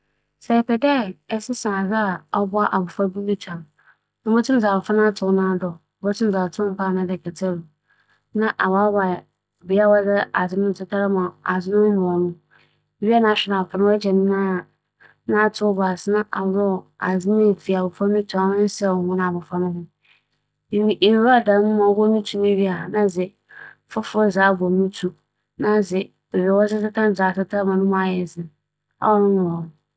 Sɛ eresesa adze a ͻbͻ abofra a oedwanse anaa oegya ne nan egu mu a, adze a ͻwͻ dɛ eyɛ nye dɛ, ibobuebue ntum a ͻwͻ bankum na nyimfa nyinara. ͻno ekyir no, ibͻhwɛ dɛ ibeyi efi n'enyim dze akͻ n'ekyir. Ewia a, ebɛpɛ krataa bi na edze apepa no tun kakra, ͻno ekyir no ewia ebͻhohor na asan apepa hͻ nsu no, ewia a nna edze "powder" kakra afa hͻ na asan dze fofor abͻ no.